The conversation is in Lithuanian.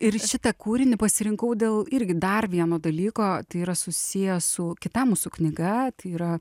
ir šitą kūrinį pasirinkau dėl irgi dar vieno dalyko tai yra susiję su kita mūsų knyga yra